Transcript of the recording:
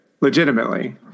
legitimately